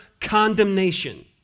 condemnation